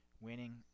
Winning